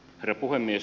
herra puhemies